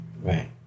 Right